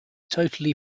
totally